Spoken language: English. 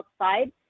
outside